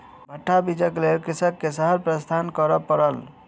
भट्टा बीजक लेल कृषक के शहर प्रस्थान करअ पड़ल